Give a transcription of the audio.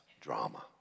drama